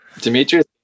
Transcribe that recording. Demetrius